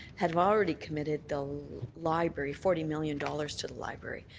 have already committed the library, forty million dollars to the library.